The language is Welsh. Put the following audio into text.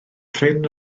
prin